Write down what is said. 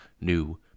new